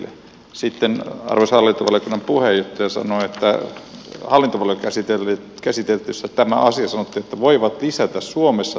sitten arvoisa hallintovaliokunnan puheenjohtaja sanoi että hallintovaliokunnan käsittelyssä tästä asiasta sanottiin että voivat lisätä suomessa työskentelyn vetovoimaisuutta